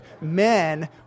Men